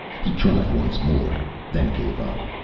he tried once more, then gave up.